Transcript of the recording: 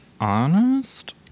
honest